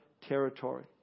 territory